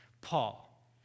paul